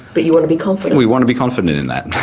but you want to be confident. we want to be confident in that,